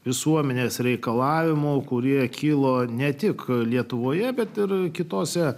visuomenės reikalavimų kurie kilo ne tik lietuvoje bet ir kitose